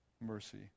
mercy